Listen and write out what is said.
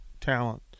talent